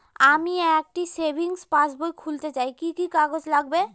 আমি একটি সেভিংস পাসবই খুলতে চাই কি কি কাগজ লাগবে?